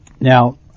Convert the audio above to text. Now